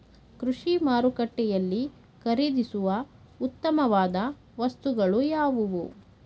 ಕೃಷಿ ಮಾರುಕಟ್ಟೆಯಲ್ಲಿ ಖರೀದಿಸುವ ಉತ್ತಮವಾದ ವಸ್ತುಗಳು ಯಾವುವು?